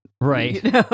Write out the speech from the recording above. right